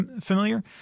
familiar